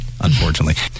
unfortunately